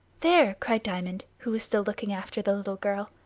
there! cried diamond, who was still looking after the little girl.